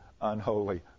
unholy